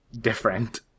different